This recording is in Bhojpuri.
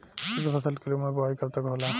शुद्धफसल के रूप में बुआई कब तक होला?